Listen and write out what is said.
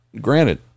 Granted